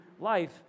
life